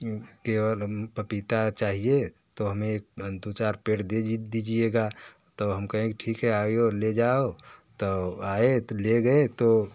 केवल पपीता चाहिए तो हमें एक दो चार पेड़ दे दीजिएगा तब हमें कहें कि ठीक है आओ और ले जाओ तब आए तो ले गए तो